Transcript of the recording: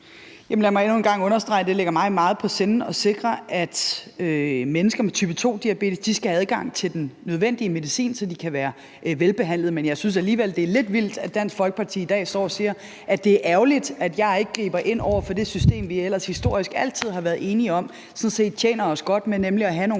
en gang understrege, at det ligger mig meget på sinde at sikre, at mennesker med type 2-diabetes skal have adgang til den nødvendige medicin, så de kan være velbehandlede. Men jeg synes alligevel, det er lidt vildt, at Dansk Folkeparti i dag står og siger, at det er ærgerligt, at jeg ikke griber ind over for det system, vi ellers historisk altid har været enige om sådan set tjener os godt, med nemlig at have nogle